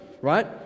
right